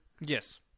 Yes